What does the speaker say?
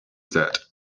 said